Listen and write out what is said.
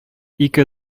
ике